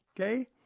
okay